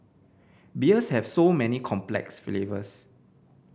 beers have so many complex flavours